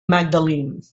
magdalene